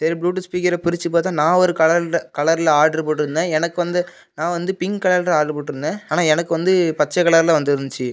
சரி bluetooth speaker பிரித்து பார்த்தா நான் ஒரு கலரில் கலரில் ஆட்ரு போட்டுருந்தேன் எனக்கு வந்து நான் வந்து பிங்க் கலரில் ஆட்ரு போட்டுருந்தேன் ஆனால் எனக்கு வந்து பச்சைக் கலரில் வந்து இருந்துச்சி